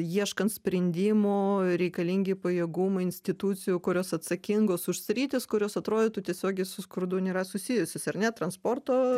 ieškant sprendimų reikalingi pajėgumai institucijų kurios atsakingos už sritis kurios atrodytų tiesiogiai su skurdu nėra susijusios ar ne transporto